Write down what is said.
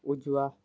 उजवा